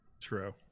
true